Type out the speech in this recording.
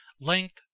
length